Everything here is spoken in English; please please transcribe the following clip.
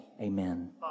Amen